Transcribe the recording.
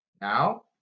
Now